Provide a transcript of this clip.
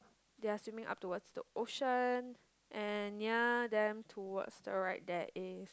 they are swimming up towards the ocean and ya then towards the right there is